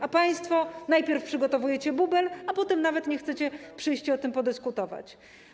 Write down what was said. A państwo najpierw przygotowujecie bubel, a potem nawet nie chcecie przyjść i o tym podyskutować.